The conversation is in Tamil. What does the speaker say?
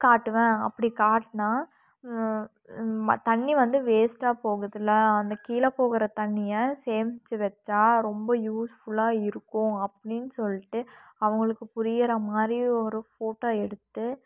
காட்டுவேன் அப்படி காட்டினா தண்ணி வந்து வேஸ்ட்டாக போகுதில்ல அங்கே கீழே போகிற தண்ணியை சேமித்து வச்சால் ரொம்ப யூஸ்ஃபுல்லாகருக்கும் அப்படினு சொல்லிவிட்டு அவங்களுக்கு புரிகிற மாதிரி ஒரு ஃபோட்டோ எடுத்து